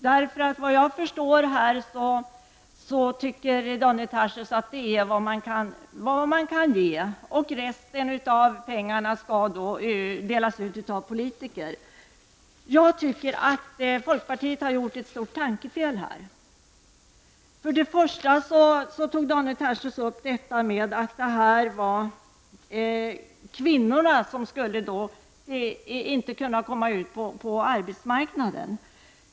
Såvitt jag förstår tycker Daniel Tarschys att det är det belopp som kan ges till den som stannar hemma och vårdar barn och att resten av pengarna kan delas ut i form av kommunala bidrag. Jag anser att folkpartiet här har gjort ett stort tankefel. Daniel Tarschys menade att kvinnorna inte skulle kunna komma ut på arbetsmarknaden.